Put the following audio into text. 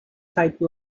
type